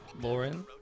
Lauren